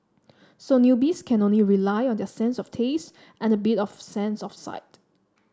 so newbies can only rely on their sense of taste and a bit of sense of sight